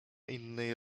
innej